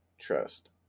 Trust